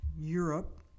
Europe